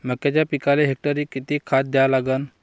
मक्याच्या पिकाले हेक्टरी किती खात द्या लागन?